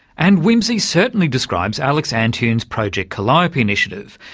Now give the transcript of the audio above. and whimsy certainly describes alex antunes' project calliope initiative,